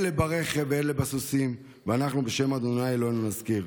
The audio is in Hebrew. אלה ברכב ואלה בסוסים ואנחנו בשם ה' אלהינו נזכיר.